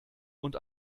und